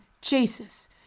Jesus